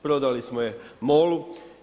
Prodali smo je MOL-u.